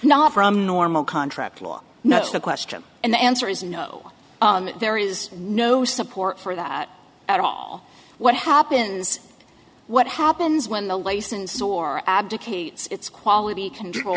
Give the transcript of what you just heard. not from normal contract law not the question and the answer is no there is no support for that at all what happens what happens when the licenses or abdicates its quality control